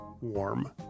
warm